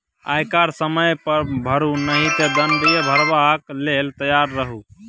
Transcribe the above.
आयकर समय पर भरू नहि तँ दण्ड भरबाक लेल तैयार रहु